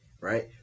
Right